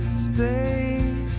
space